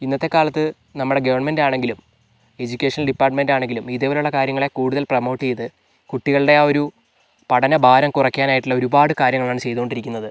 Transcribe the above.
ഇന്നത്തെ കാലത്ത് നമ്മുടെ ഗവൺമെൻറ് ആണെങ്കിലും എഡ്യൂക്കേഷണൽ ഡിപ്പാർട്ട്മെൻറ് ആണെങ്കിലും ഇതേപോലുള്ള കാര്യങ്ങളെ കൂടുതൽ പ്രമോട്ട് ചെയ്ത് കുട്ടികളുടെ ആ ഒരു പഠനഭാരം കുറയ്ക്കാനായിട്ടുള്ള ഒരുപാട് കാര്യങ്ങളാണ് ചെയ്തുകൊണ്ടിരിക്കുന്നത്